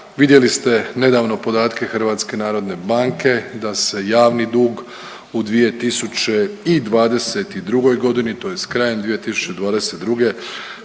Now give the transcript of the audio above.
Vidjeli ste nedavno podatke HNB-a da se javni dug u 2022.g. tj. krajem 2022. spustio